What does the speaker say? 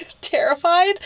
terrified